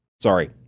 Sorry